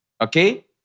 Okay